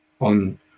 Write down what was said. on